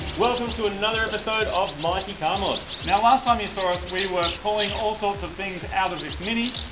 welcome to another episode of mighty car mods now, last time you saw us we were pulling all sorts of things out of this mini.